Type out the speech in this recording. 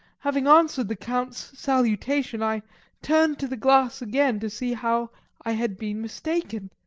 having answered the count's salutation, i turned to the glass again to see how i had been mistaken.